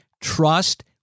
trust